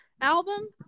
album